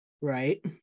Right